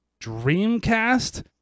Dreamcast